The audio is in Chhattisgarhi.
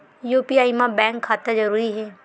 यू.पी.आई मा बैंक खाता जरूरी हे?